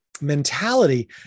mentality